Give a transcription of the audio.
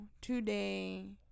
today